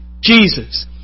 Jesus